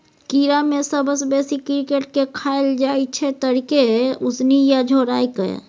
कीड़ा मे सबसँ बेसी क्रिकेट केँ खाएल जाइ छै तरिकेँ, उसनि केँ या झोराए कय